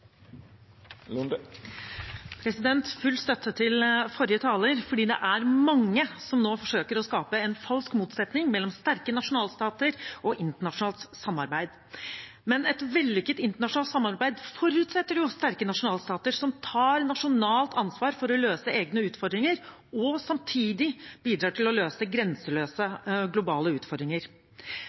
det er mange som nå forsøker å skape en falsk motsetning mellom sterke nasjonalstater og internasjonalt samarbeid. Men et vellykket internasjonalt samarbeid forutsetter sterke nasjonalstater som tar nasjonalt ansvar for å løse egne utfordringer og samtidig bidrar til å løse grenseløse globale utfordringer.